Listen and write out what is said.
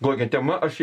kokia tema aš